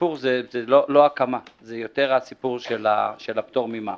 הסיפור הוא לא ההקמה אלא יותר עניין הפטור ממע"מ,